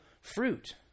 fruit